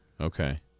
Okay